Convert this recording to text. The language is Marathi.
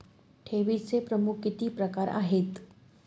ठेवीचे प्रमुख किती प्रकार आहेत?